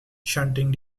shunting